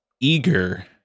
eager